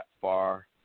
far